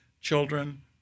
children